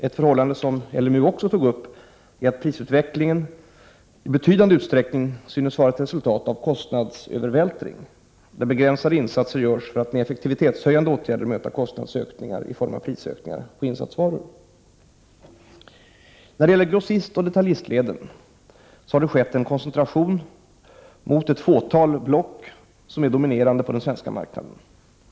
Ett förhållande som LMU också tog upp är att prisutvecklingen i betydande utsträckning synes vara ett resultat av kostnadsövervältring, där begränsade insatser görs för att med effektivitetshöjande åtgärder möta kostnadsökningar i form av prisökningar på insatsvaror. När det gäller grossistoch detaljistleden har det skett en koncentration mot ett fåtal block som är dominerande på den svenska marknaden.